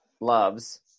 loves